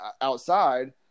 outside